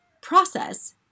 Process